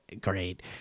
great